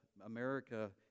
America